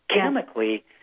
chemically